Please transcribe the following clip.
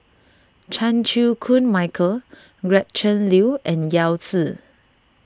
Chan Chew Koon Michael Gretchen Liu and Yao Zi